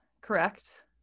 correct